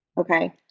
okay